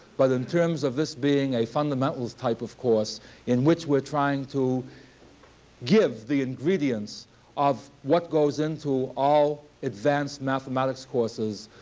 but in terms of this being a fundamentals type of course in which we're trying to give the ingredients of what goes into all advanced mathematics courses,